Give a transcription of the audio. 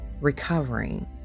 recovering